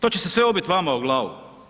To će se sve obit vama o glavu.